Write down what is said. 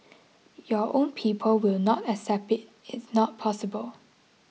your own people will not accept it it's not possible